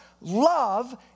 love